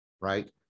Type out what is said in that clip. right